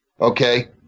Okay